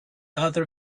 other